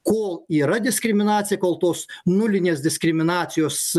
kol yra diskriminacija kol tos nulinės diskriminacijos